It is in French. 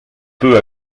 peu